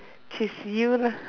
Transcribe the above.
which is you lah